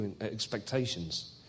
expectations